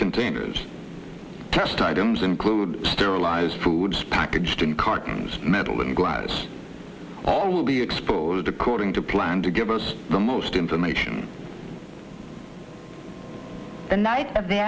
containers test items include sterilize foods packaged in cartons metal and glass all will be exposed according to plan to give us the most information the night of the